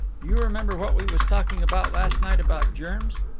you remember what we was talking about last night about germs?